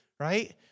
right